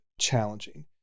challenging